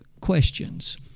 Questions